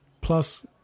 Plus